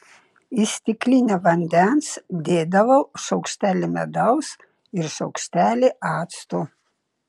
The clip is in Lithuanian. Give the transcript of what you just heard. į stiklinę vandens dėdavau šaukštelį medaus ir šaukštelį acto